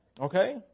Okay